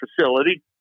facility